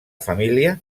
família